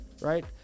right